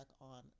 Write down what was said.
on